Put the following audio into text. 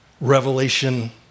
revelation